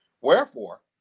Wherefore